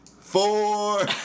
Four